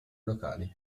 locali